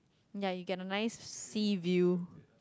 ya you get a nice sea view